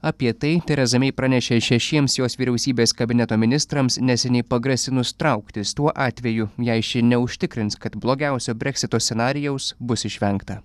apie tai tereza mei pranešė šešiems jos vyriausybės kabineto ministrams neseniai pagrasinus trauktis tuo atveju jei ši neužtikrins kad blogiausio breksito scenarijaus bus išvengta